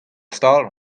stal